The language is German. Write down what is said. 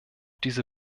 diese